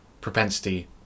propensity